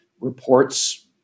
reports